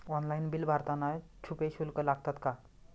Online bill भरताना छुपे शुल्क लागतात का?